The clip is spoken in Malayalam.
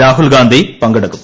രാഹുൽഗാന്ധി പങ്കെടു ക്കും